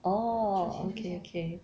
orh okay okay